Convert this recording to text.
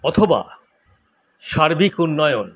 অথবা সার্বিক উন্নয়ন